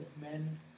men